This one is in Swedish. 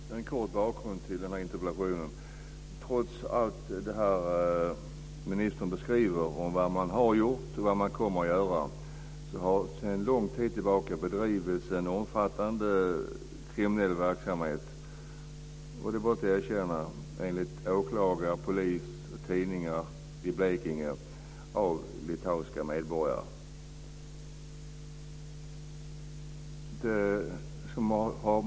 Fru talman! Jag vill bara ge en kort bakgrund till den här interpellationen. Trots vad ministern beskriver att man har gjort och att man kommer att göra har det sedan lång tid tillbaka bedrivits en omfattande kriminell verksamhet. Det är bara att erkänna att denna verksamhet, enligt åklagare, polis och tidningar i Blekinge, har bedrivits av litauiska medborgare.